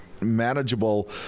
manageable